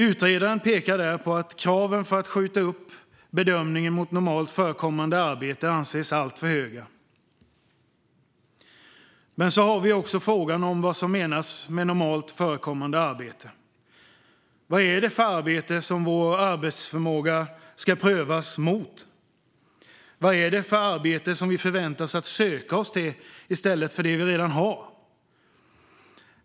Utredaren pekar där på att kraven för att skjuta upp bedömningen mot normalt förekommande arbete anses alltför höga. Men så har vi också frågan om vad som menas med normalt förekommande arbete. Vad är det för arbete som vår arbetsförmåga ska prövas mot? Vad är det för arbeten som vi förväntas söka oss till i stället för dem vi redan har?